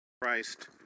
Christ